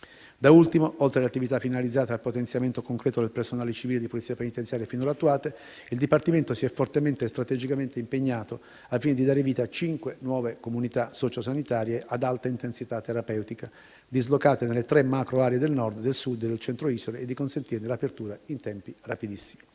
Da ultimo, oltre alle attività finalizzate al potenziamento concreto del personale civile di Polizia penitenziaria finora attuate, il dipartimento si è fortemente e strategicamente impegnato al fine di dare vita a cinque nuove comunità sociosanitarie ad alta intensità terapeutica, dislocate nelle tre macroaree del Nord, del Sud e del Centro e Isole, e di consentirne l'apertura in tempi rapidissimi.